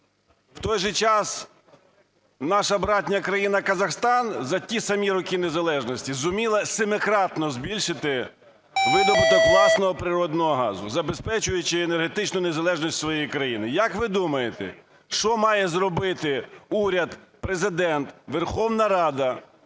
В той же час наша братня країна Казахстан за ті самі роки незалежності зуміла семикратно збільшити видобуток власного природного газу, забезпечуючи енергетичну незалежність своєї країни. Як ви думаєте, що має зробити уряд, Президент, Верховна Рада